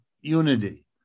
unity